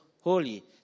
holy